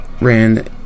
ran